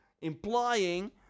implying